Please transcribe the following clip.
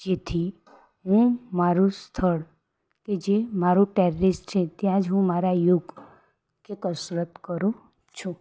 જેથી હું મારુ સ્થળ એજે મારું ટેરિસ છે ત્યાં જ હું મારા યોગ કે કસરત કરું છું